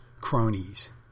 cronies